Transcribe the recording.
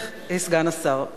סגן השר.